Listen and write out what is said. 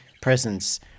presence